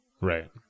Right